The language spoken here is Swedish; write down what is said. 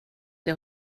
det